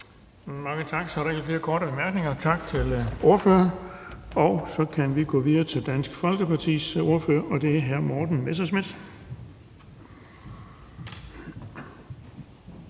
Mange tak for det. Der er ingen korte bemærkninger. Tak til ordføreren. Vi går videre til Dansk Folkepartis ordfører, og det er hr. Morten Messerschmidt.